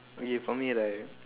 okay for me like